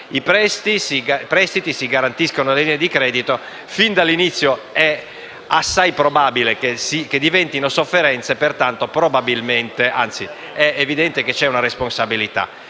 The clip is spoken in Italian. i prestiti e si garantiscono le linee di credito, è assai probabile che diventino sofferenze; pertanto è evidente che lì c'è una responsabilità.